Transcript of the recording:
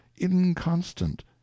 inconstant